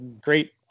great